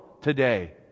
today